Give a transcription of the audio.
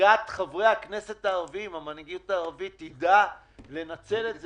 בהנהגת חברי הכנסת הערבים המנהיגות הערבית תדע לנצל את זה.